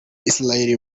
israel